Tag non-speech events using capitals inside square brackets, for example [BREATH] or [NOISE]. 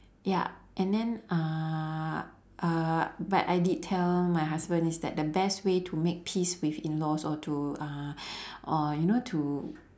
ya and then uh uh but I did tell my husband is that the best way to make peace with in laws or to uh [BREATH] or you know to